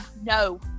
No